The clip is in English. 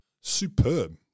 Superb